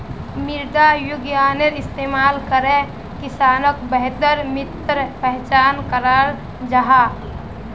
मृदा विग्यानेर इस्तेमाल करे किसानोक बेहतर मित्तिर पहचान कराल जाहा